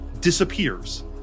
disappears